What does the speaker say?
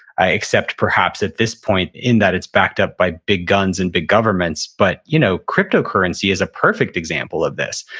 except perhaps at this point in that it's backed up by big guns and big governments, but you know cryptocurrency is a perfect example of this.